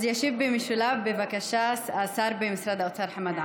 אז ישיב במשולב, בבקשה, השר במשרד האוצר חמד עמאר.